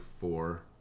four